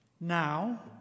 now